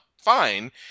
fine